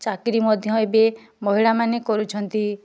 ଚାକିରୀ ମଧ୍ୟ ଏବେ ମହିଳାମାନେ କରୁଛନ୍ତି